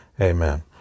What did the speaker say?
Amen